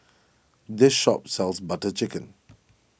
this shop sells Butter Chicken